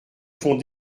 font